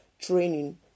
training